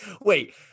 Wait